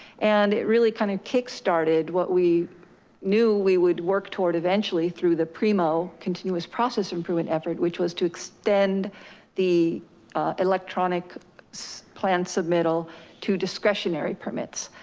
and it really kinda kick started what we knew we would work toward eventually through the primo continuous process improvement effort, which was to extend the electronic plan submittal to discretionary discretionary permits.